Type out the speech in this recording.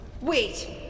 Wait